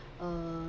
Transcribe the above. uh